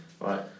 right